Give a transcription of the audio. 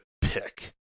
pick